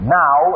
now